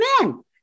men